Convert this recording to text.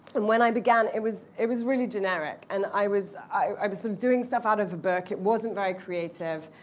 and when i began, it was it was really generic, and i was i was um doing stuff out of a burk. it wasn't very creative.